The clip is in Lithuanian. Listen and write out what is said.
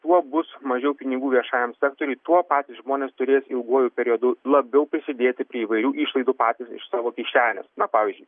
tuo bus mažiau pinigų viešajam sektoriui tuo patys žmonės turės ilguoju periodu labiau prisidėti prie įvairių išlaidų patys iš savo kišenės na pavyzdžiui